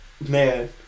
Man